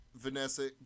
Vanessa